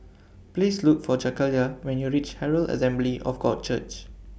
Please Look For Jakayla when YOU REACH Herald Assembly of God Church